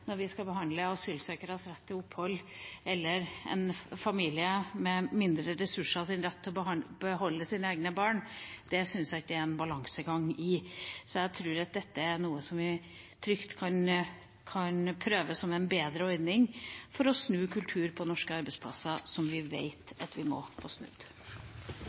når vi skal behandle asylsøkeres rett til opphold eller en familie med mindre ressurser sin rett til å beholde sine egne barn. Det synes jeg ikke det er en balansegang i. Jeg tror dette er noe vi trygt kan prøve som en bedre ordning for å snu kultur på norske arbeidsplasser – som vi vet vi må få snudd.